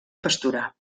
pasturar